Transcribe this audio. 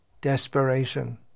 desperation